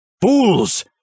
Fools